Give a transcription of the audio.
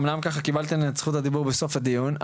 אומנם קיבלתן את זכות הדיבור בסוף הדיון,